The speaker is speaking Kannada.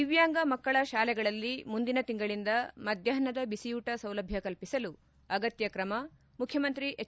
ದಿವ್ಯಾಂಗ ಮಕ್ಕಳ ಶಾಲೆಗಳಲ್ಲಿ ಮುಂದಿನ ತಿಂಗಳಂದ ಮಧ್ಯಾಷ್ನದ ಬಿಸಿಯೂಟ ಸೌಲಭ್ಯ ಕಲ್ಪಿಸಲು ಅಗತ್ಯ ತ್ರಮ ಮುಖ್ಯಮಂತ್ರಿ ಎಚ್